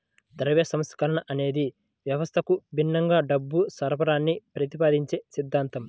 ద్రవ్య సంస్కరణ అనేది వ్యవస్థకు భిన్నంగా డబ్బు సరఫరాని ప్రతిపాదించే సిద్ధాంతం